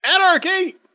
Anarchy